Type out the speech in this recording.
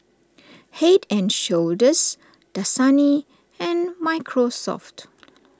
Head and Shoulders Dasani and Microsoft